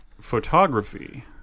photography